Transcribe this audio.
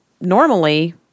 normally